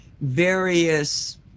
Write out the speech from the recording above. various